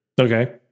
Okay